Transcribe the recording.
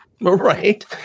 right